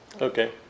Okay